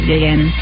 again